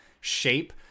shape